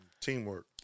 Teamwork